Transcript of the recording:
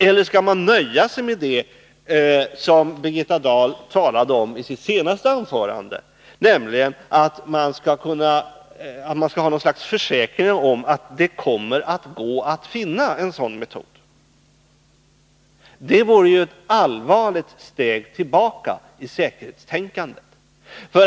Eller skall man nöja sig med det som Birgitta Dahl talade om i sitt senaste anförande, nämligen att man skall ha något slags försäkringar om att det kommer att gå att finna en sådan metod? Det vore ett allvarligt steg tillbaka i säkerhetstänkande.